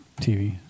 TV